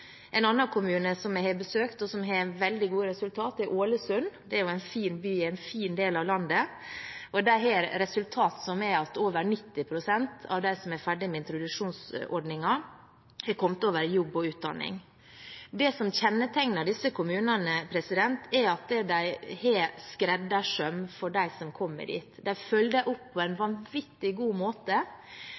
En annen kommune som jeg har besøkt, og som har veldig gode resultater, er Ålesund. Det er en fin by i en fin del av landet, og de har som resultat at over 90 pst. av dem som er ferdig med introduksjonsordningen, har kommet over i jobb eller utdanning. Det som kjennetegner disse kommunene, er at de har skreddersøm for dem som kommer dit. De følger dem opp på en vanvittig god måte